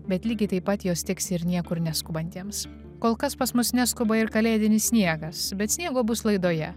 bet lygiai taip pat jos tiks ir niekur neskubantiems kol kas pas mus neskuba ir kalėdinis sniegas bet sniego bus laidoje